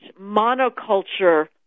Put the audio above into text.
monoculture